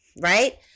right